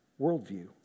worldview